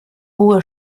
hohe